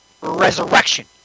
resurrection